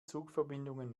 zugverbindungen